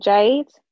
Jade